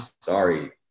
sorry